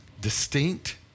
distinct